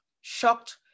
shocked